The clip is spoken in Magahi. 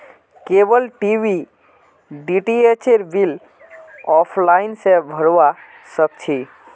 केबल टी.वी डीटीएचेर बिल ऑफलाइन स भरवा सक छी